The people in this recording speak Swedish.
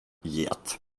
get